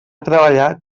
treballar